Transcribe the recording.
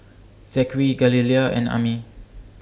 Zachery Galilea and Ami